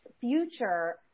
future